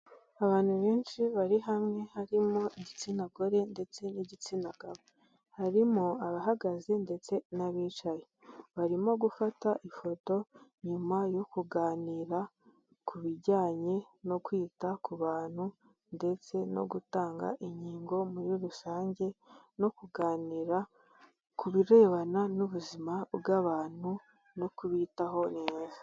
Abantu benshi bari hamwe harimo igitsina gore ndetse n'igitsina gabo. Harimo abahagaze ndetse n'abicaye. Barimo gufata ifoto nyuma yo kuganira ku bijyanye no kwita ku bantu ndetse no gutanga inkingo muri rusange no kuganira ku birebana n'ubuzima bw'abantu no kubitaho neza.